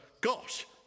Gosh